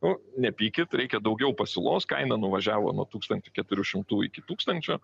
nu nepykit reikia daugiau pasiūlos kaina nuvažiavo nuo tūkstančio keturių šimtų iki tūkstančio